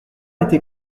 était